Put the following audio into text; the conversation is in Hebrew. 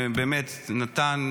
באמת נתן,